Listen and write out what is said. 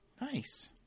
Nice